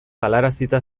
galarazita